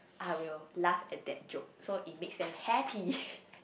I will laugh at that joke so it makes them happy